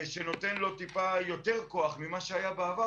וזה נותן לו טיפה יותר כוח ממה שהיה בעבר,